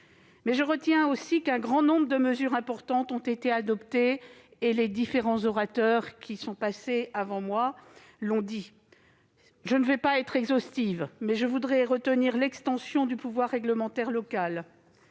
Je retiens aussi qu'un grand nombre de mesures importantes ont été adoptées. Les différents orateurs qui se sont succédé les ont rappelées. Je ne vais pas être exhaustive, mais je voudrais retenir l'extension du pouvoir réglementaire local,